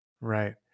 Right